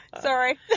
Sorry